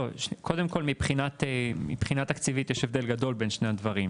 קודם כל מבחינה תקציבית יש הבדל גדול בין 2 הדברים.